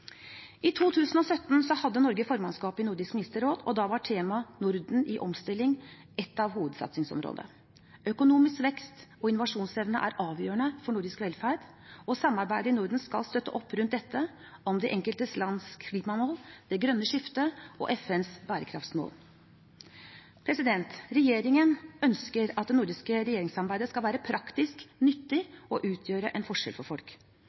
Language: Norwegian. I 2017 hadde Norge formannskapet i Nordisk ministerråd, og da var temaet «Norden i omstilling» et av hovedsatsingsområdene. Økonomisk vekst og innovasjonsevne er avgjørende for nordisk velferd, og samarbeidet i Norden skal støtte opp om dette, om de enkelte lands klimamål, det grønne skiftet og FNs bærekraftsmål. Regjeringen ønsker at det nordiske regjeringssamarbeidet skal være praktisk, nyttig og utgjøre en forskjell for folk.